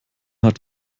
hat